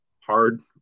hard